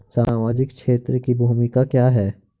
सामाजिक क्षेत्र की भूमिका क्या है?